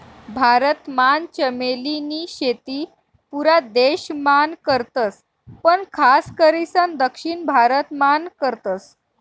भारत मान चमेली नी शेती पुरा देश मान करतस पण खास करीसन दक्षिण भारत मान करतस